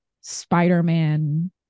spider-man